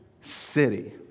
city